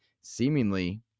seemingly